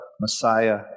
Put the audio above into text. Messiah